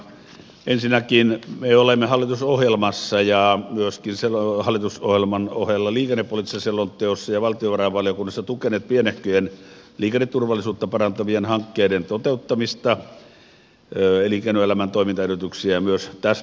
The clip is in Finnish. ensinnäkin me olemme hallitusohjelmassa ja myöskin hallitusohjelman ohella liikennepoliittisessa selonteossa ja valtiovarainvaliokunnassa tukeneet pienehköjen liikenneturvallisuutta parantavien hankkeiden toteuttamista elinkeinoelämän toimintaedellytyksiä myös täsmäkorjaten